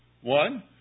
One